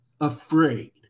afraid